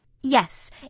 Yes